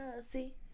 See